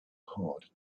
heart